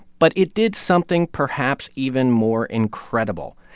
but it did something perhaps even more incredible.